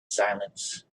silence